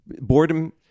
Boredom